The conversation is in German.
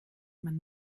man